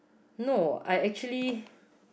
no I actually